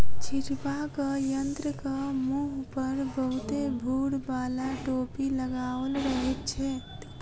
छिटबाक यंत्रक मुँह पर बहुते भूर बाला टोपी लगाओल रहैत छै